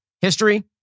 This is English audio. History